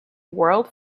world